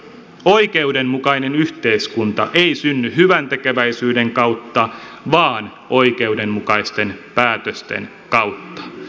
oikeudenmukainen yhteiskunta ei synny hyväntekeväisyyden kautta vaan oikeudenmukaisten päätösten kautta